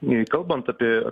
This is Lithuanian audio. jei kalbant apie